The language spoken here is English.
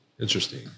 Interesting